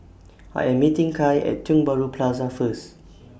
I Am meeting Kai At Tiong Bahru Plaza First